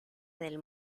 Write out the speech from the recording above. del